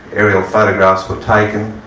aerial photographs were taken,